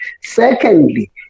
Secondly